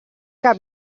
que